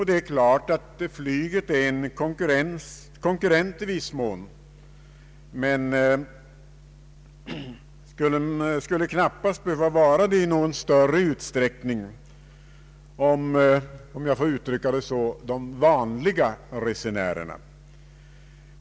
Det är klart att flyget i viss mån är en konkurrent men skulle knappast behöva vara det i någon större utsträckning om de — om jag får uttrycka det så — vanliga resenärerna.